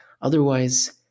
otherwise